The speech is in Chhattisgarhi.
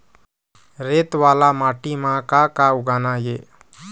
रेत वाला माटी म का का उगाना ये?